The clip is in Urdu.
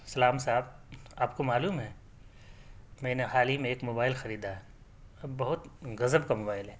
سلام صاحب آپ کو معلوم ہے میں نے حال ہی میں ایک موبائل خریدا ہے اور بہت غضب کا موبائل ہے